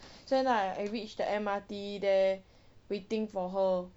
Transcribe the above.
so then I reach the M_R_T there waiting for her